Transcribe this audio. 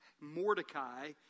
Mordecai